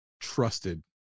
trusted